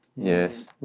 Yes